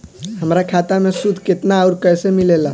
हमार खाता मे सूद केतना आउर कैसे मिलेला?